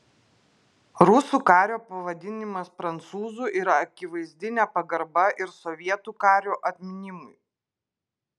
rusų kario pavadinimas prancūzu yra akivaizdi nepagarba ir sovietų kario atminimui